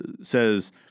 says